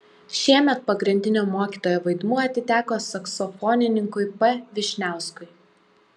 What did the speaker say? šiemet pagrindinio mokytojo vaidmuo atiteko saksofonininkui p vyšniauskui